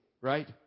right